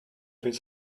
his